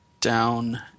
down